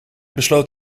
besloot